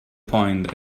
point